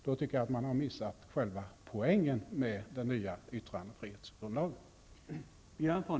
Då har man missat själva poängen med den nya yttrandefrihetsgrundlagen.